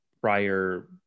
prior